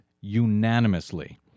unanimously